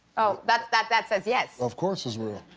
oh, but that that says yes. of course it's real.